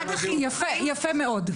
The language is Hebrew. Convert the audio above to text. יפה מאוד.